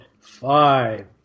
five